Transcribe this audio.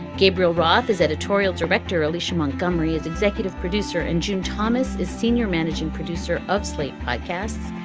gabriel roth is editorial director. alicia montgomery is executive producer. and jim thomas is senior managing producer of slate podcasts.